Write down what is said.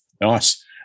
Nice